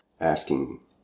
asking